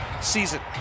season